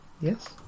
yes